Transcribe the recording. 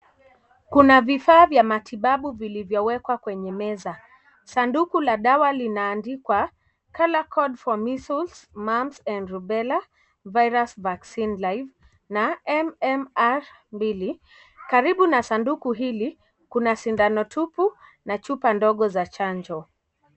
Kuna vifaa vya matibabu vilivyowekwa kwenye meza. Sanduku la dawa linaandikwa Color code for measles, mumps and rubella virus vaccine life na MMR mbili. Karibu na sanduku hili kuna sindano tupu na chupa ndogo za chanjo.